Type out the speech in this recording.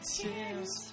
tears